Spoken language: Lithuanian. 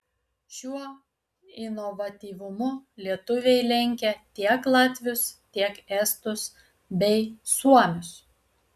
šiuo inovatyvumu lietuviai lenkia tiek latvius tiek estus bei suomius